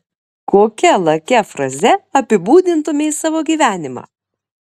kokia lakia fraze apibūdintumei savo gyvenimą